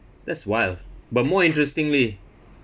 that's wild but more interestingly